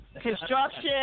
Construction